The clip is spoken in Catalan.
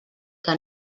que